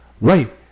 Right